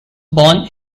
born